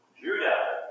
Judah